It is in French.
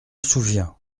souviens